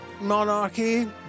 monarchy